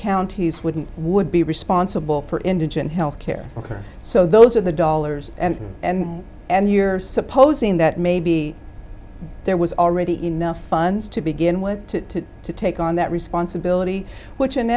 counties wouldn't would be responsible for indigent health care ok so those are the dollars and and and you're supposing that maybe there was already enough funds to begin with to take on that responsibility which in